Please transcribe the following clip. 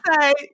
say